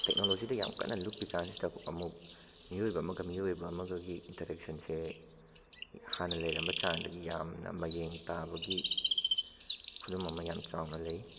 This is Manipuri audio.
ꯇꯦꯛꯅꯣꯂꯣꯖꯤꯗ ꯌꯥꯝ ꯀꯟꯅ ꯂꯨꯞꯄꯤꯀꯥꯟꯁꯤꯗ ꯑꯃꯨꯛ ꯃꯤꯑꯣꯏꯕ ꯑꯃꯒ ꯃꯤꯑꯣꯏꯕ ꯑꯃꯒꯒꯤ ꯏꯟꯇꯔꯦꯛꯁꯟꯁꯦ ꯍꯥꯟꯅ ꯂꯩꯔꯝꯕ ꯆꯥꯡꯗꯒꯤ ꯌꯥꯝꯅ ꯃꯌꯦꯡ ꯇꯥꯕꯒꯤ ꯈꯨꯗꯝ ꯑꯃ ꯌꯥꯝ ꯆꯥꯎꯅ ꯂꯩ